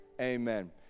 Amen